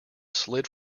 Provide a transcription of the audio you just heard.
slid